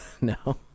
No